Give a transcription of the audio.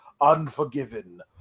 Unforgiven